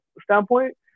standpoint